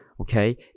Okay